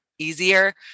Easier